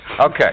Okay